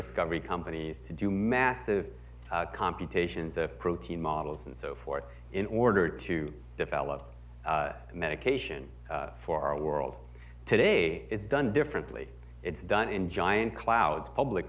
discovery companies to do massive computations of protein models and so forth in order to develop medication for our world today it's done differently it's done in giant clouds public